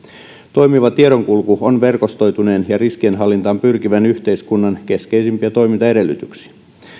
toimiva tiedonkulku on verkostoituneen ja riskienhallintaan pyrkivän yhteiskunnan keskeisimpiä toimintaedellytyksiä